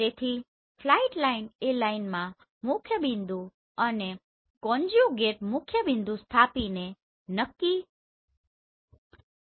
તેથી flight line એ લાઈનમાં મુખ્યબિંદુ અને કોન્જ્યુગેટ મુખ્યબિંદુ સ્થાપીને નક્કી કરી શકાય છે